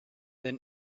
then